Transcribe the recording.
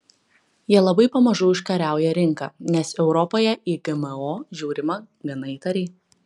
jie labai pamažu užkariauja rinką nes europoje į gmo žiūrima gana įtariai